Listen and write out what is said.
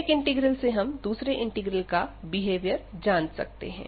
एक इंटीग्रल से हम दूसरे इंटीग्रल का बिहेवियर जान सकते हैं